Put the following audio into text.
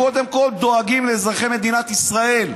קודם כול דואגים לאזרחי מדינת ישראל.